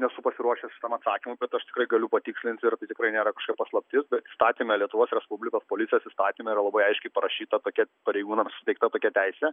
nesu pasiruošęs šitam atsakymui bet aš tikrai galiu patikslint ir tai tikrai nėra paslaptis įstatyme lietuvos respublikos policijos įstatyme yra labai aiškiai parašyta tokia pareigūnams suteikta tokia teisė